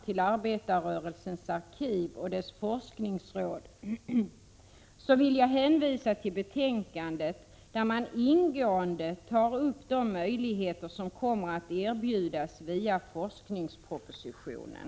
till Arbetarrörelsens arkiv och dess forskningsråd vill jag hänvisa till betänkandet, där man ingående tar upp de möjligheter som kommer att erbjudas via forskningspropositionen.